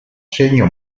segno